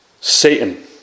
Satan